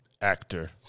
Actor